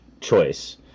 choice